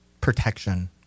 protection